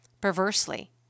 Perversely